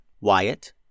Wyatt